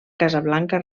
casablanca